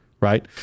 right